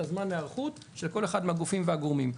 זמן ההיערכות של כל אחד מהגופים והגורמים.